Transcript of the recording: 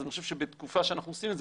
אז אני חושב שבתקופה שאנחנו עושים את זה,